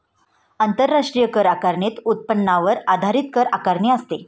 आंतरराष्ट्रीय कर आकारणीत उत्पन्नावर आधारित कर आकारणी असते